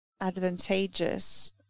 advantageous